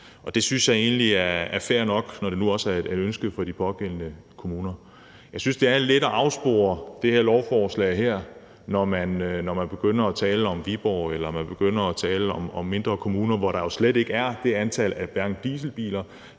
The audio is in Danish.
Det synes jeg egentlig er fair nok, når det nu også er et ønske i de pågældende kommuner. Jeg synes, at det lidt er at afspore indholdet i det her lovforslag, når man begynder at tale om Viborg eller begynder at tale om mindre kommuner, hvor der jo slet ikke er det antal dieselbiler